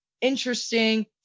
interesting